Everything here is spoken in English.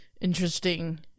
interesting